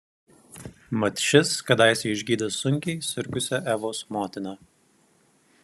mat šis kadaise išgydė sunkiai sirgusią evos motiną